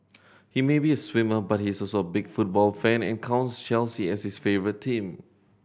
he may be a swimmer but he is also a big football fan and counts Chelsea as his favourite team